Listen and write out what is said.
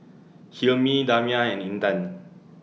Hilmi Damia and Intan